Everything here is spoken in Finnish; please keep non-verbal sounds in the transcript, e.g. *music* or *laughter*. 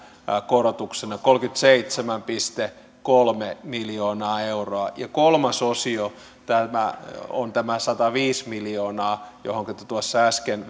korotuksena kolmekymmentäseitsemän pilkku kolme miljoonaa euroa kolmas osio on tämä sataviisi miljoonaa johonka te äsken *unintelligible*